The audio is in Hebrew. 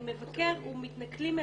אם מתנכלים למבקר.